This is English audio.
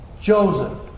Joseph